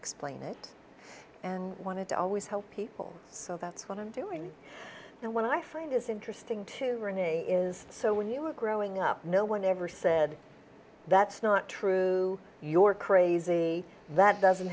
explain it and i wanted to always help people so that's what i'm doing and what i find is interesting to me is so when you were growing up no one ever said that's not true you're crazy that doesn't